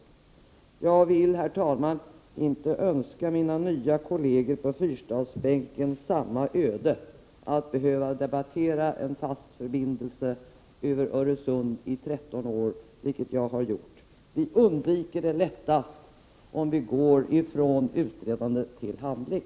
Herr talman! Jag önskar inte mina nya kolleger på fyrstadsbänken ödet att behöva debattera en fast förbindelse över Öresund i 13 år, vilket jag har gjort. Det undviker man lättast om vi går från utredande till handling.